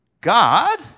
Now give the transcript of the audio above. God